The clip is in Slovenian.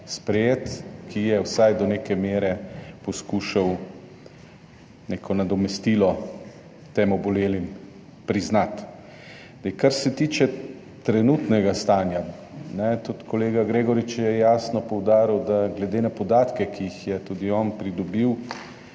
sprejet zakon, ki je vsaj do neke mere poskušal neko nadomestilo tem obolelim priznati. Kar se tiče trenutnega stanja. Tudi kolega Gregorič je jasno poudaril, da je glede na podatke, ki jih je tudi on pridobil,